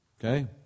okay